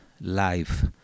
Live